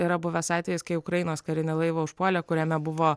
yra buvęs atvejis kai ukrainos karinį laivą užpuolė kuriame buvo